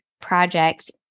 projects